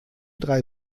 drei